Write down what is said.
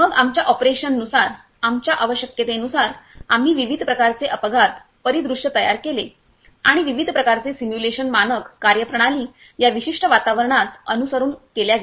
मग आमच्या ऑपरेशन नुसार आमच्या आवश्यकतेनुसार आम्ही विविध प्रकारचे अपघात परि दृश्य तयार केले आणि विविध प्रकारचे सिम्युलेशन मानक कार्यप्रणाली या विशिष्ट वातावरणात अनुसरण केल्या आहेत